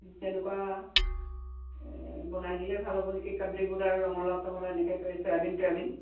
তেনেকুৱা বনাই দিলে ভাল হ'ব নেকি কাবলীবুট আৰু ৰঙালাও চঙালাও এনেকৈ কৰি চয়াবিন টয়াবিন